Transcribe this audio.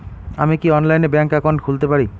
আমি কি অনলাইনে ব্যাংক একাউন্ট খুলতে পারি?